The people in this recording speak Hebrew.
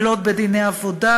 עילות בדיני עבודה,